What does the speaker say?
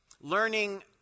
learning